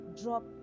drop